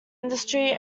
industry